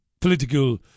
political